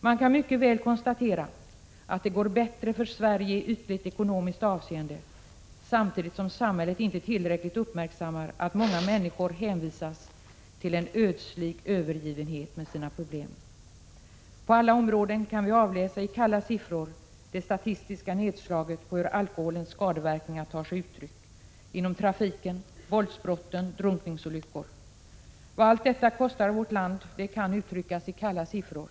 Man kan mycket väl konstatera att det går bättre för Sverige i ytligt ekonomiskt avseende samtidigt som samhället inte tillräckligt uppmärksammar att många människor hänvisas till en ödslig övergivenhet med sina problem. På alla områden kan vi i kalla siffror avläsa det statistiska nedslaget på hur alkoholens skadeverkningar tar sig uttryck: det gäller trafiken, det gäller våldsbrotten, det gäller drunkningsolyckorna. Vad allt detta kostar vårt land kan som sagt uttryckas i kalla siffror.